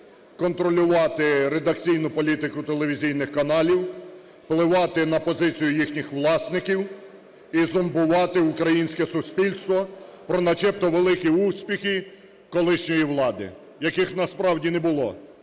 контролювати редакційну політику телевізійних каналів, впливати на позицію їхніх власників і зомбувати українське суспільство про начебто великі успіхи колишньої влади, яких насправді не було,